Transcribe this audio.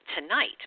tonight